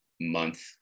month